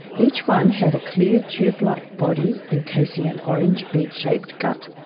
each one had a clear tube-like body encasing an orange bead-shaped gut.